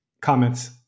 comments